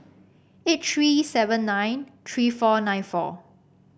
eight three seven nine three four nine four